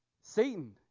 satan